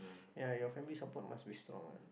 ya your family support must be strong ah